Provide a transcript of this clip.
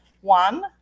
one